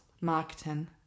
marketing